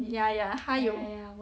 ya ya 她有